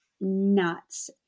nuts